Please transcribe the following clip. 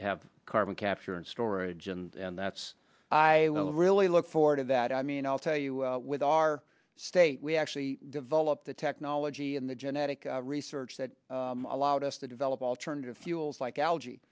have carbon capture and storage and that's i really look forward to that i mean i'll tell you with our state we actually developed the technology in the genetic research that allowed us to develop alternative fuels like algae